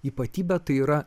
ypatybę tai yra